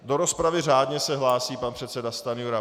Do rozpravy se řádně hlásí pan předseda Stanjura.